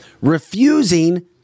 refusing